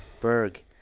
Berg